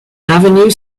avenue